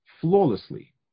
flawlessly